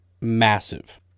massive